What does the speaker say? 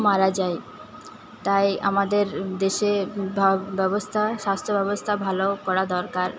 মারা যায় তাই আমাদের দেশে ব্যবস্থা স্বাস্থ্য ব্যবস্থা ভালো করা দরকার